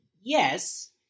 yes